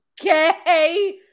Okay